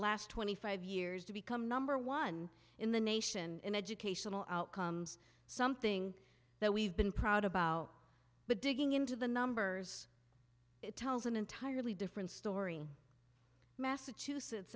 last twenty five years to become number one in the nation in educational outcomes something that we've been proud about but digging into the numbers tells an entirely different story massachusetts